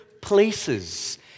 places